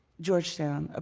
georgetown, ah